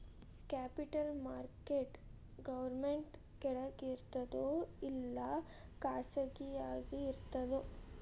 Capital market government ಕೆಳಗಿರ್ತದೋ ಇಲ್ಲಾ ಖಾಸಗಿಯಾಗಿ ಇರ್ತದೋ?